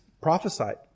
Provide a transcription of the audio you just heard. prophesied